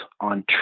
on